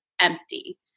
empty